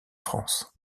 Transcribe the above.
france